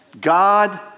God